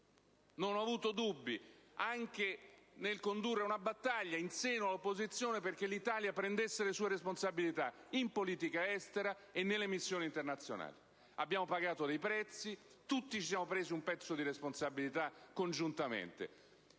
non ebbi dubbi nel condurre una battaglia anche in seno all'opposizione stessa affinché l'Italia si prendesse le proprie responsabilità in politica estera e nelle missioni internazionali. Abbiamo pagato dei prezzi: tutti ci siamo presi una parte di responsabilità, congiuntamente.